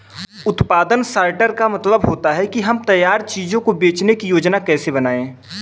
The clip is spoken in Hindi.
उत्पादन सॉर्टर का मतलब होता है कि हम तैयार चीजों को बेचने की योजनाएं कैसे बनाएं